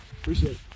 Appreciate